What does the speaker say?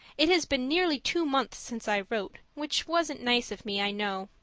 it has been nearly two months since i wrote, which wasn't nice of me, i know,